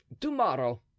Tomorrow